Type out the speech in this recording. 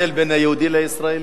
יש הבדל בין יהודי לישראלי.